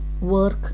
work